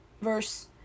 Verse